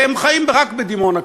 והם חיים רק בדימונה,